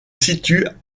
situe